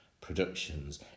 productions